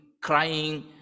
crying